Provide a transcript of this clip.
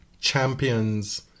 champions